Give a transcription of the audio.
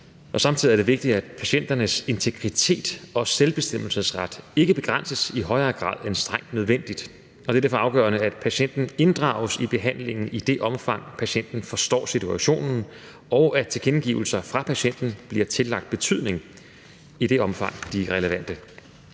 Samtidig er det vigtigt, at patienternes integritet og selvbestemmelsesret ikke begrænses i højere grad end strengt nødvendigt, og det er derfor afgørende, at patienten inddrages i behandlingen i det omfang, patienten forstår situationen, og at tilkendegivelser fra patienten bliver tillagt betydning i det omfang, de er relevante.